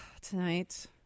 tonight